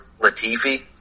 latifi